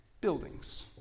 buildings